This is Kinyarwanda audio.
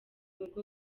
urwo